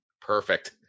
Perfect